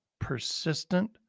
persistent